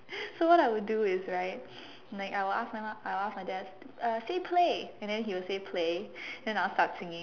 so what I would do is right like I would ask my mum I would ask my dad uh say play and then he will say play and then I will start singing